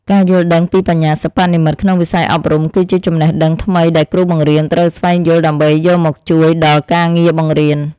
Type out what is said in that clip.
ការយល់ដឹងពីបញ្ញាសិប្បនិម្មិតក្នុងវិស័យអប់រំគឺជាចំណេះដឹងថ្មីដែលគ្រូបង្រៀនត្រូវស្វែងយល់ដើម្បីយកមកជួយដល់ការងារបង្រៀន។